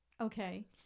Okay